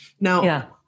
Now